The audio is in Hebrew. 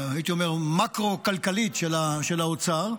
המקרו-כלכלית של האוצר.